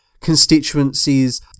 constituencies